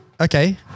Okay